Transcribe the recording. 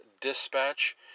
Dispatch